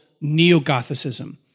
Neo-Gothicism